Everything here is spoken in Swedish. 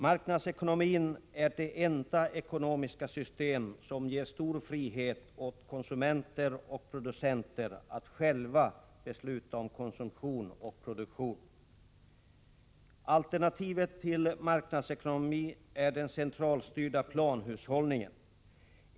Marknadsekonomin är det enda ekonomiska system som ger stor frihet åt konsumenter och producenter att själva besluta om konsumtion och produktion. Näringsfriheten skall vara grundlagsskyddad. Alternativet till marknadsekonomi är den centralstyrda planhushållningen.